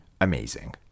amazing